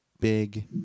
big